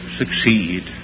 succeed